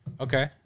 Okay